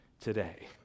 today